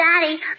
Daddy